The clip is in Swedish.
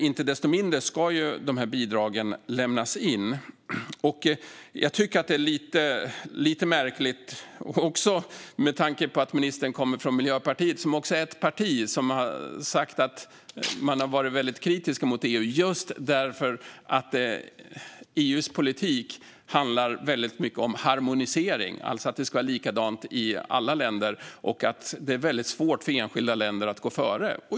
Inte desto mindre ska bidragen lämnas in, och jag tycker att detta är lite märkligt - inte minst med tanke på att ministern kommer från Miljöpartiet, som har varit väldigt kritiskt mot EU just för att EU:s politik handlar mycket om harmonisering. Det ska alltså vara likadant i alla länder, och det gör det svårt för enskilda länder att gå före.